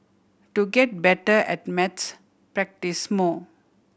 to get better at maths practise more